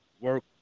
work